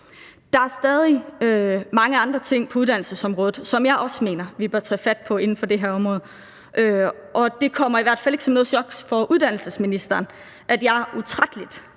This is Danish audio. Der er stadig mange andre ting på uddannelsesområdet, som jeg også mener vi bør tage fat på inden for det her område, og det kommer i hvert fald ikke som noget chok for uddannelsesministeren, at jeg utrættelig